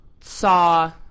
saw